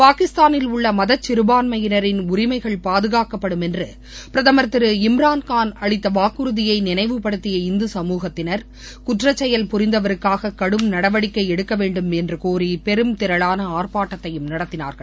பாகிஸ்தானில் உள்ள மத சிறுபான்மையினரின் உரிமைகள் பாதுகாக்கப்படும் என்று பிரதமர் திரு இம்ரான்கான் அளித்த வாக்குறுதியை நினைவுபடுத்திய இந்து சமூகத்தினர் குற்றச்செயல் புரிந்தவருக்காக கடும் நடவடிக்கை எடுக்கவேண்டும் என்று கோரி பெருந்திரளான ஆர்ப்பாட்டத்தையும் நடத்தினார்கள்